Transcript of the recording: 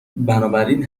بنابراین